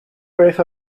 beth